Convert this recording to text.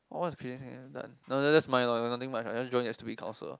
all is done no lah that's mine lah there is nothing much lah just join the stupid council